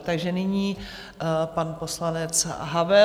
Takže nyní pan poslanec Havel.